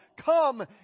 Come